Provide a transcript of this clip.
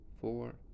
four